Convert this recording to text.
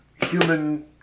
human